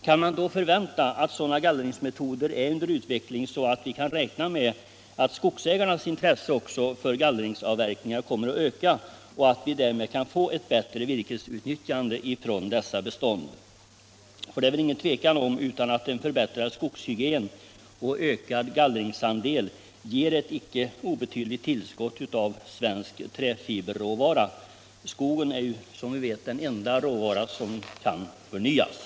Kan man förvänta att sådana gallringsmetoder är under utveckling, som kom mer att öka skogsägarnas intresse för gallringsavverkningar, så att de därmed också kan få ett bättre virkesutnyttjande i de berörda bestånden? Det är väl inget tvivel om att en förbättrad skogshygien och en ökad gallringsandel ger ett icke obetydligt tillskott av svensk träfiberråvara. Skogen är, som vi vet, den enda förnyelsebara råvaran.